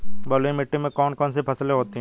बलुई मिट्टी में कौन कौन सी फसलें होती हैं?